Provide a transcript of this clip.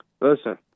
Listen